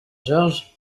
georges